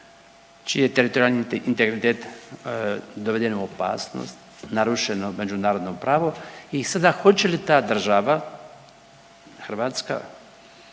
čiji je teritorijalni integritet doveden u opasnost, narušeno međunarodno pravo i sada hoće li ta država Hrvatska